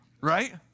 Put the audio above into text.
right